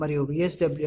55 గా లెక్కించాము